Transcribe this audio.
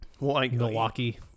Milwaukee